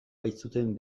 baitzuten